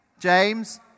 James